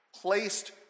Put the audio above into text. placed